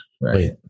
right